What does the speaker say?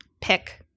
pick